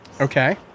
okay